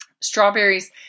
strawberries